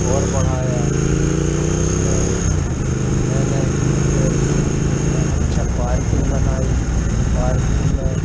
और बढ़ाया तो उसमें मैंने फिर या अच्छा पार्किंग बनाई पार्किंग में